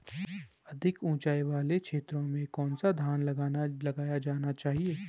अधिक उँचाई वाले क्षेत्रों में कौन सा धान लगाया जाना चाहिए?